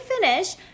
finish